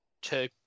two